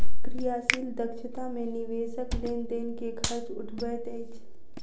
क्रियाशील दक्षता मे निवेशक लेन देन के खर्च उठबैत अछि